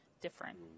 different